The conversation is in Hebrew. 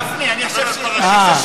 גפני, אני חושב שהשתכנענו.